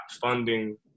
funding